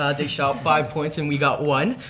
ah they shot five points and we got one.